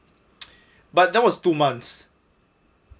but that was two months